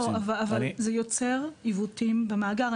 זה יוצר עיוותים במאגר.